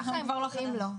ככה הם קוראים לו.